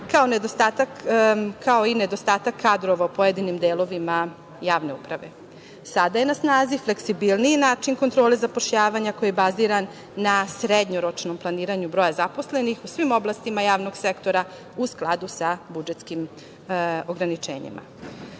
kao i nedostatak kadrova u pojedinim delovima javne uprave. Sada je na snazi fleksibilniji način kontrole zapošljavanja koji je baziran na srednjoročnom planiranju broja zaposlenih u svim oblastima javnog sektora u skladu sa budžetskim ograničenjima. Predloženo